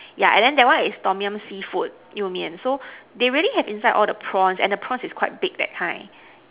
yeah and then that one is Tom-Yum seafood you-mian so they already have inside all the prawns and the prawns is quite big that kind